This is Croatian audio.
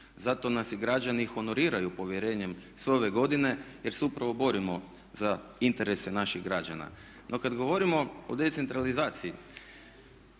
Zato nas i građani honoriraju povjerenjem sve ove godine, jer se upravo borimo za interese naših građana. No, kad govorimo o decentralizaciji